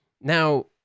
Now